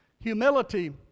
Humility